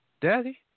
daddy